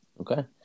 Okay